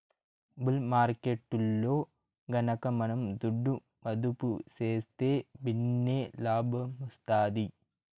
bull మార్కెట్టులో గనక మనం దుడ్డు మదుపు సేస్తే భిన్నే లాబ్మొస్తాది